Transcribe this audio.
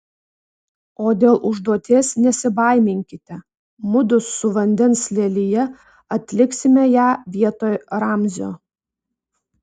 o dėl užduoties nesibaiminkite mudu su vandens lelija atliksime ją vietoj ramzio